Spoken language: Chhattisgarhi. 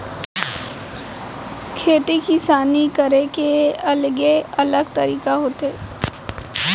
खेती किसानी करे के अलगे अलग तरीका होथे